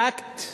האקט,